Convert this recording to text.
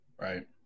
Right